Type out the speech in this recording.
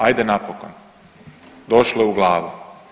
Ajde napokon, došlo je u glavu.